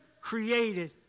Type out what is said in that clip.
created